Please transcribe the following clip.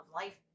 life